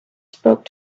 spoke